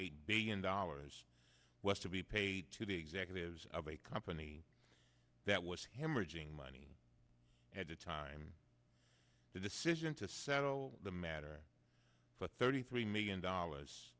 eight billion dollars was to be paid to the executives of a company that was hemorrhaging money at the time the decision to settle the matter for thirty three million dollars